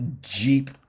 Jeep